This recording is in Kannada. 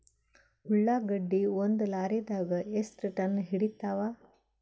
ಉಳ್ಳಾಗಡ್ಡಿ ಒಂದ ಲಾರಿದಾಗ ಎಷ್ಟ ಟನ್ ಹಿಡಿತ್ತಾವ?